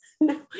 No